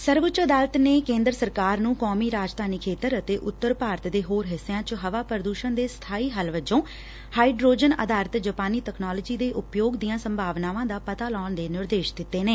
ਸਰਵਊੱਚ ਅਦਾਲਤ ਨੇ ਕੇਂਦਰ ਸਰਕਾਰ ਨੰ ਕੌਮੀ ਰਾਜਧਾਨੀ ਖੇਤਰ ਅਤੇ ਉੱਤਰ ਭਾਰਤ ਦੇ ਹੋਰ ਹਿੱਸਿਆਂ ਚ ਹਵਾ ਪੁਦੁਸ਼ਣ ਦੇ ਸਬਾਈ ਹਲ ਵਜੋਂ ਹਾਈਡੋਰਜ਼ਨ ਆਧਾਰਿਤ ਜਾਪਾਨੀ ਤਕਨਾਲੋਜੀ ਦੇ ਉਪਯੋਗ ਦੀਆਂ ਸੰਭਾਵਨਾਵਾਂ ਦਾ ਪਤਾ ਲਾਉਣ ਦੇ ਨਿਰਦੇਸ਼ ਦਿੱਤੇ ਨੇ